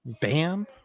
Bam